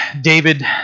David